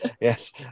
yes